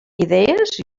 idees